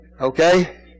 Okay